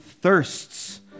thirsts